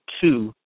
two